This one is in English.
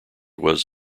was